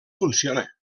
funciona